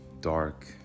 dark